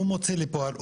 הוא מוציא לפועל,